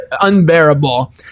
unbearable